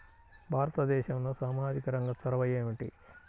భారతదేశంలో సామాజిక రంగ చొరవ ఏమిటి?